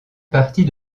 partie